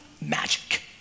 magic